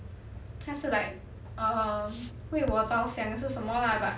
他是 like err 为我着想还是什么 lah but